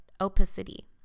Opacity